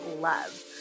love